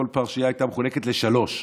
כל פרשה הייתה מחולקת לשלוש.